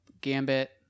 Gambit